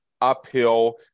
uphill